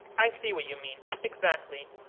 i see what you mean, exactly.